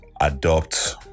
adopt